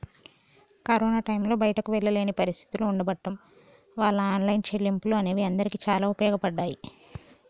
corona టైంలో బయటికి వెళ్ళలేని పరిస్థితులు ఉండబడ్డం వాళ్ళ ఆన్లైన్ చెల్లింపులు అనేవి అందరికీ చాలా ఉపయోగపడ్డాయి